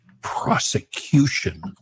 prosecution